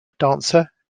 dancer